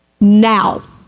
now